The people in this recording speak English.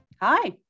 Hi